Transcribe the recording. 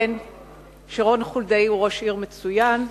שרון חולדאי הוא ראש עיר מצוין.